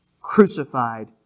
crucified